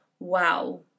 wow